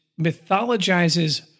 mythologizes